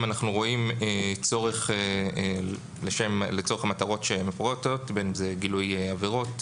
אנחנו רואים צורך לצורך המטרות המפורטות בין אם זה גילוי עבירות,